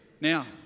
Now